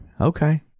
Okay